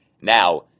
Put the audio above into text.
now